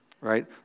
right